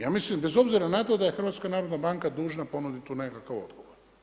Ja mislim bez obzira na to da je Hrvatska narodna banka dužna ponuditi tu nekakav odgovor.